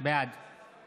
בעד